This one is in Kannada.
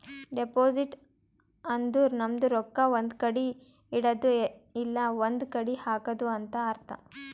ಡೆಪೋಸಿಟ್ ಅಂದುರ್ ನಮ್ದು ರೊಕ್ಕಾ ಒಂದ್ ಕಡಿ ಇಡದ್ದು ಇಲ್ಲಾ ಒಂದ್ ಕಡಿ ಹಾಕದು ಅಂತ್ ಅರ್ಥ